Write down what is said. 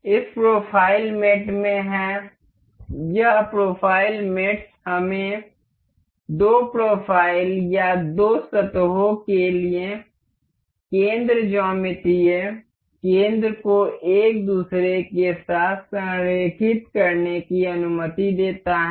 इस profile mate में यह प्रोफाइल मेट्स हमें दो प्रोफाइल या दो सतहों के लिए केंद्र ज्यामितीय केंद्र को एक दूसरे के साथ संरेखित करने की अनुमति देता है